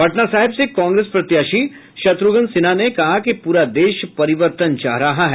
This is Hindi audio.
पटना साहिब से कांग्रेस प्रत्याशी शत्रुघ्न सिन्हा ने कहा कि पूरा देश परिवर्तन चाह रहा है